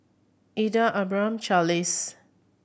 Eda Abram Charlize